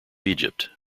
egypt